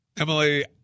Emily